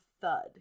thud